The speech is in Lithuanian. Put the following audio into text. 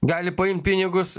gali paimt pinigus